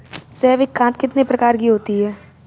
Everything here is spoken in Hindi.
जैविक खाद कितने प्रकार की होती हैं?